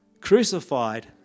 crucified